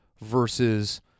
versus